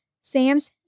Sam's